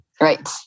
Right